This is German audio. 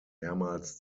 mehrmals